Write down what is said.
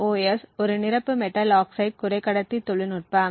CMOS ஒரு நிரப்பு metal oxide குறைக்கடத்தி தொழில்நுட்பம்